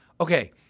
okay